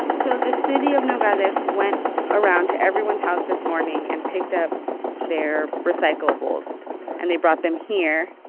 so the city of nogales went around to everyone's house this morning and picked up their recyclables and they brought them here.